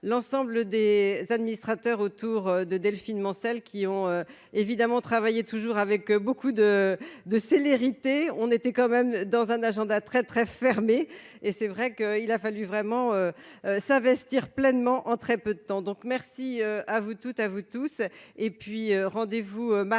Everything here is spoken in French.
l'ensemble des administrateurs autour de Delphine Mancel qui ont évidemment travailler toujours avec beaucoup de de célérité, on était quand même dans un agenda très très fermé et c'est vrai qu'il a fallu vraiment s'investir pleinement en très peu de temps, donc merci à vous toutes, à vous tous et puis rendez-vous